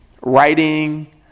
writing